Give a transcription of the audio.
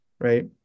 Right